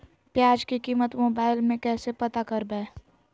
प्याज की कीमत मोबाइल में कैसे पता करबै?